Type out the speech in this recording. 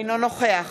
אינו נוכח